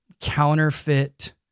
counterfeit